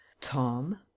Tom